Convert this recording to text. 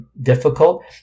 difficult